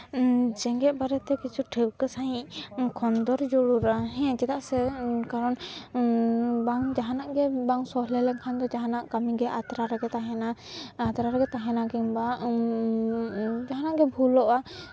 ᱡᱮᱜᱮᱛ ᱵᱟᱨᱮᱛᱮ ᱠᱤᱪᱷᱩ ᱴᱷᱟᱹᱣᱠᱟᱹ ᱥᱟᱹᱦᱤᱡ ᱠᱷᱚᱸᱫᱽᱨᱚᱸᱫᱽ ᱡᱟᱹᱨᱩᱲᱟ ᱦᱮᱸ ᱪᱮᱫᱟᱜ ᱥᱮ ᱠᱟᱨᱚᱱ ᱵᱟᱝ ᱡᱟᱦᱟᱱᱟᱜ ᱜᱮ ᱵᱟᱝ ᱥᱚᱦᱞᱮ ᱞᱮᱠᱷᱟᱱ ᱫᱚ ᱡᱟᱦᱟᱱᱟᱜ ᱠᱟᱹᱢᱤᱜᱮ ᱟᱛᱨᱟ ᱨᱮᱜᱮ ᱛᱟᱦᱮᱱᱟ ᱟᱛᱨᱟ ᱨᱮᱜᱮ ᱛᱟᱦᱮᱱᱟ ᱠᱤᱢᱵᱟ ᱡᱟᱦᱟᱱᱟᱜ ᱜᱮ ᱵᱷᱩᱞᱟᱹᱜᱼᱟ